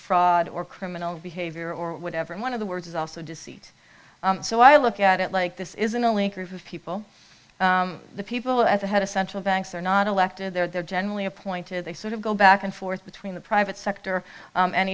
fraud or criminal behavior or whatever and one of the words is also deceit so i look at it like this is an elite group of people the people at the head of central banks are not elected they're generally appointed they sort of go back and forth between the private sector